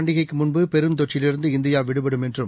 பண்டிகைக்குமுன்பு பெருந்தொற்றிலிருந்து இந்தியாவிடுபடும் என்றும்